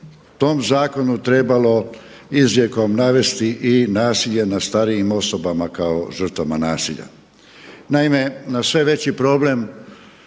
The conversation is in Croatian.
tom zakonu trebalo izrijekom navesti i nasilje nad starijim osobama kao žrtvama nasilja. Naime, na sve veći problem